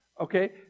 Okay